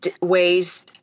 ways